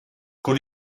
con